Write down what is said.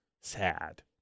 sad